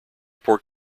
pork